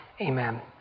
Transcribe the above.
Amen